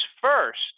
first